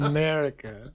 America